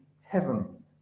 heaven